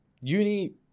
uni